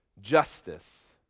justice